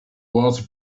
water